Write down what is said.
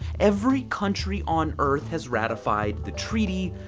every country on earth has ratified the treaty,